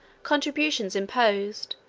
contributions imposed,